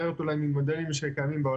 חריג את מספר המובטלים ביותר ממה שציפינו,